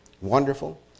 Wonderful